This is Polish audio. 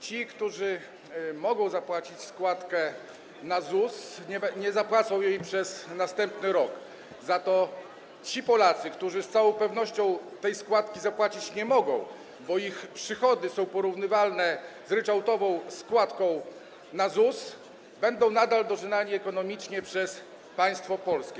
Ci, którzy mogą zapłacić składkę na ZUS, nie zapłacą jej przez następny rok, za to ci Polacy, którzy z całą pewnością tej składki zapłacić nie mogą, bo ich przychody są porównywalne z ryczałtową składką na ZUS, będą nadal dorzynani ekonomicznie przez państwo polskie.